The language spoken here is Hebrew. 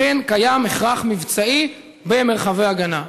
לכן קיים הכרח מבצעי במרחבי הגנה.